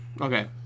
Okay